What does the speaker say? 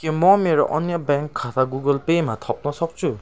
के म मेरो अन्य ब्याङ्क खाता गुगल पेमा थप्न सक्छु